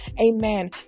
amen